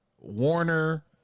Warner